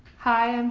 hi, and